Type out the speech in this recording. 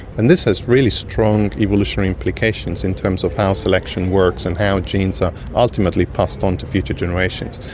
and this has really strong evolutionary implications in terms of how selection works and how genes are ultimately passed on to future generations.